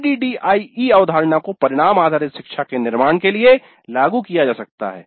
ADDIE अवधारणा को परिणाम आधारित शिक्षा के निर्माण के लिए लागू किया जा सकता है